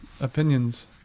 opinions